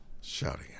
Shouting